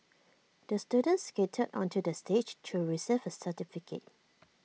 the student skated onto the stage to receive certificate